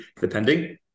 depending